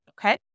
okay